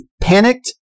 panicked